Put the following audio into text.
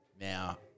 Now